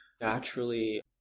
naturally